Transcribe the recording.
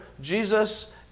Jesus